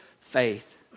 Faith